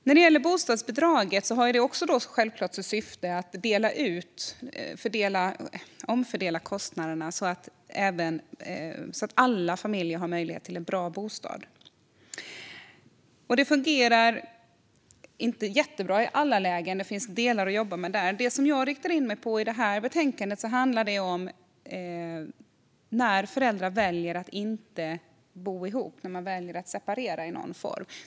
När det gäller bostadsbidraget har också det självklart som syfte att omfördela kostnaderna så att alla familjer har möjlighet till en bra bostad. Det fungerar inte jättebra i alla lägen. Det finns delar att jobba med där. Det som jag riktar in mig på i det här betänkandet handlar om när föräldrar väljer att inte bo ihop och väljer att separera i någon form.